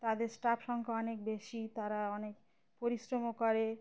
তাদের স্টাফ সংখ্যা অনেক বেশি তারা অনেক পরিশ্রমও করে